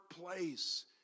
place